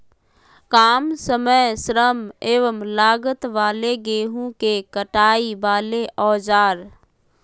काम समय श्रम एवं लागत वाले गेहूं के कटाई वाले औजार?